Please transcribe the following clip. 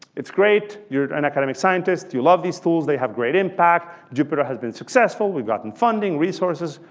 it's great you're an academic scientist, you love these tools, they have great impact, jupyter has been successful. we've gotten funding, resources,